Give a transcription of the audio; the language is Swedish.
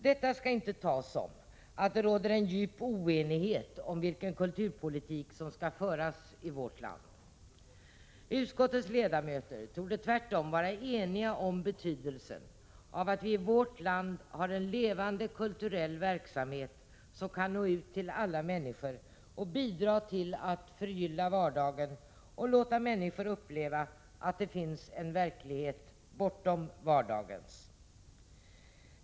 Detta skall inte tas som att det råder djup oenighet om vilken kulturpolitik som skall föras i vårt land. Utskottets ledamöter torde tvärtom vara eniga om betydelsen av att vi i vårt land har en levande kulturell verksamhet som kan nå ut till alla människor och bidra till att förgylla vardagen och låta människor uppleva att det finns en verklighet bortom vardagens.